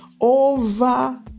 over